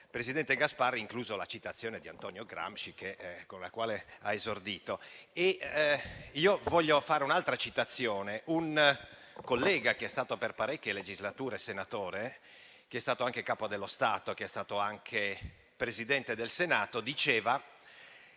presidente Gasparri, inclusa la citazione di Antonio Gramsci con la quale ha esordito. Io voglio fare un'altra citazione. Un collega che è stato senatore per parecchie legislature, che è stato Capo dello Stato ed anche Presidente del Senato, diceva